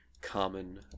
common